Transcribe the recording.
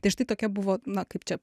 tai štai tokia buvo na kaip čia